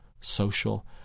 social